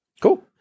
Cool